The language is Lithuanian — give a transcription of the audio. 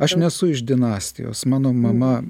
aš nesu iš dinastijos mano mama